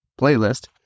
playlist